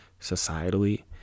societally